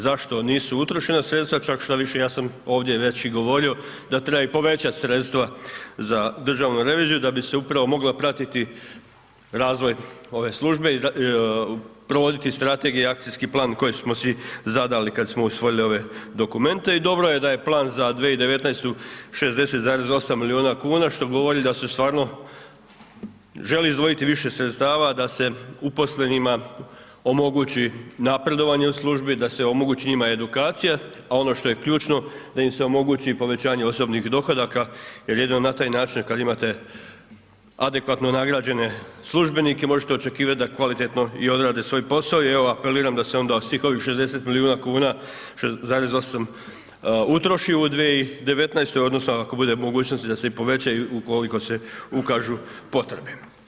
Zašto nisu utrošena sredstva, čak štoviše, ja sam ovdje već i govorio da treba i povećati sredstva za Državnu reviziju da bi se upravo mogao pratiti razvoj ove službe, provoditi strategija akcijski plan koji smo si zadali kad smo usvojili ove dokumente i dobro je da je plan za 2019. 60,8 milijuna kuna što govori da se stvarno želi izdvojiti više sredstava d se uposlenima omogući napredovanje u službi, da se omogući njima edukacija a ono što je ključno, da im se omogući i povećanje osobnih dohodaka jer jedino na taj način kad imate adekvatno nagrađene službenike, možete očekivati da kvalitetno i odrade svoj posao i evo, apeliram da se onda kao i 60 milijuna kuna, 60,8 utroši u 2019. odnosno ako bude mogućnosti da se i povećaju ukoliko se ukažu potrebe.